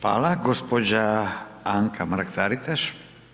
Fala, gđa. Anka Mrak-Taritaš.